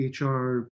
HR